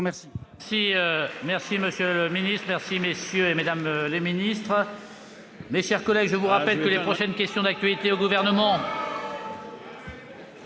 Merci